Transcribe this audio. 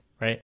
right